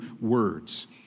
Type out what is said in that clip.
words